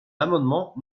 l’amendement